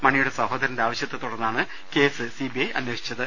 മണിയുടെ സഹോദരന്റെ ആവശ്യത്തെ തുടർന്നാണ് കേസ് സി ബി ഐ അന്വേഷിച്ചത്